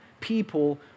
people